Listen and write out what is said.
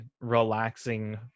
relaxing